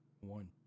one